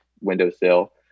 windowsill